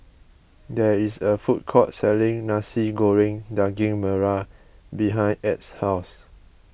there is a food court selling Nasi Goreng Daging Merah behind Add's house